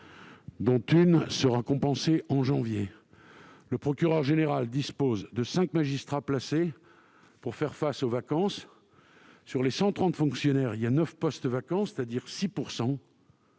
dont une sera compensée en janvier. Le procureur général dispose de 5 magistrats placés pour faire face aux vacances. Sur les 130 fonctionnaires, 9 postes sont vacants, soit 6 %.